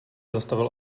zastavil